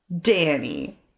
Danny